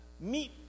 meet